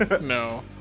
No